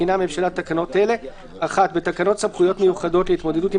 מתקינה הממשלה תקנות אלה: 1. בתקנות סמכויות מיוחדות להתמודדות עם